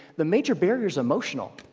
the major barrier's emotional.